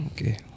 Okay